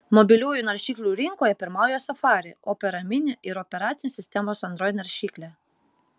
mobiliųjų naršyklių rinkoje pirmauja safari opera mini ir operacinės sistemos android naršyklė